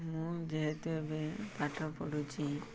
ମୁଁ ଯେହେତୁ ଏବେ ପାଠ ପଢ଼ୁଛି